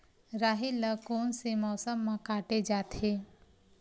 राहेर ल कोन से मौसम म काटे जाथे?